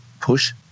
push